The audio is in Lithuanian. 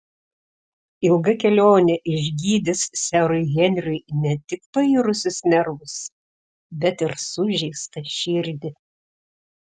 ilga kelionė išgydys serui henriui ne tik pairusius nervus bet ir sužeistą širdį